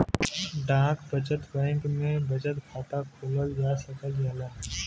डाक बचत बैंक में बचत खाता खोलल जा सकल जाला